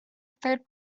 third